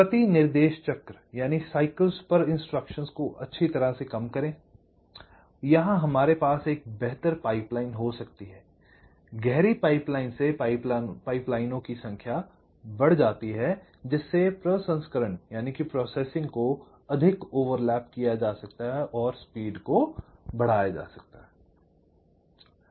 प्रति निर्देश चक्र को अच्छी तरह से कम करे यहाँ हमारे पास एक बेहतर पाइपलाइन हो सकती है I गहरी पाइप लाइन से पाइपलाइनों की की संख्या बढ़ जाती है जिससे प्रसंस्करण को अधिक ओवरलैप किया जा सकता है और स्पीड को बढ़ाया जा सकता है